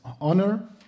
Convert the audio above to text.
honor